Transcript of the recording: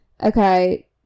Okay